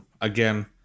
again